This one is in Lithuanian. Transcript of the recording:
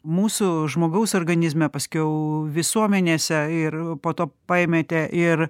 mūsų žmogaus organizme paskiau visuomenėse ir po to paėmėte ir